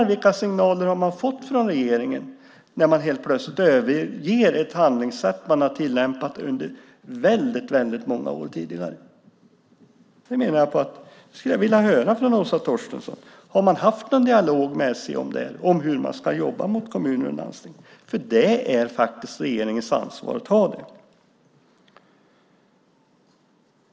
Vilka signaler har man fått från regeringens sida när man helt plötsligt överger ett handlingssätt som tillämpats i väldigt många år? Jag skulle vilja höra, Åsa Torstensson, om man har haft någon dialog med SJ om hur det ska jobbas gentemot kommuner och landsting. Det är faktiskt regeringens ansvar.